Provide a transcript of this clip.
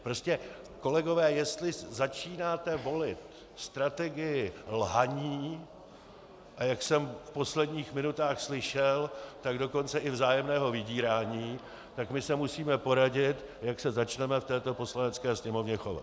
Prostě kolegové, jestli začínáte volit strategii lhaní, a jak jsem v posledních minutách slyšel, tak dokonce i vzájemného vydírání, tak my se musíme poradit, jak se začneme v této Poslanecké sněmovně chovat.